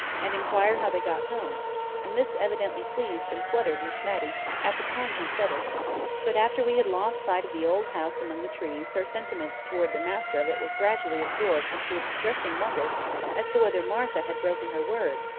and inquire how they got home and this evidently pleased and fluttered miss matty at the time he said it but after we had lost sight of the old house among the trees her sentiments towards the master of it were gradually absorbed into a distressing wonder as to whether martha had broken her word,